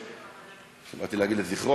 באתי להגיד לזכרו,